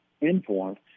informed